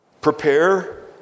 prepare